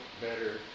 better